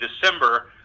December